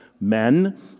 men